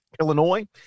Illinois